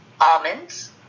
almonds